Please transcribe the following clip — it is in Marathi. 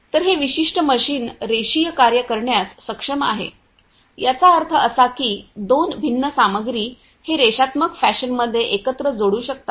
तर हे विशिष्ट मशीन रेषीय कार्ये करण्यास सक्षम आहे याचा अर्थ असा की दोन भिन्न सामग्री हे रेषात्मक फॅशनमध्ये एकत्र जोडू शकतात